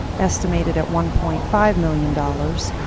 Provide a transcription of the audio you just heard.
estimated at one point five million dollars,